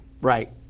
Right